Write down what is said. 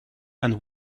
and